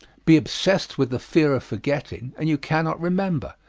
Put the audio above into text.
be obsessed with the fear of forgetting and you cannot remember.